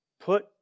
Put